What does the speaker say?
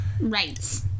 Right